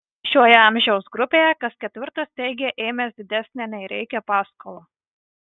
šioje amžiaus grupėje kas ketvirtas teigia ėmęs didesnę nei reikia paskolą